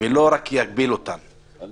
יקבלו קנס בפארק, אבל